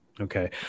Okay